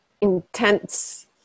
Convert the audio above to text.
intense